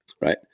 right